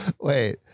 Wait